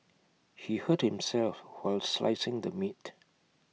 he hurt himself while slicing the meat